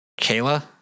Kayla